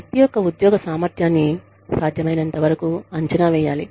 వ్యక్తి యొక్క ఉద్యోగ సామర్థ్యాన్ని సాధ్యమైనంతవరకు అంచనా వేయాలి